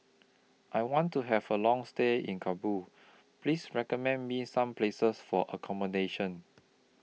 I want to Have A Long stay in Kabul Please recommend Me Some Places For accommodation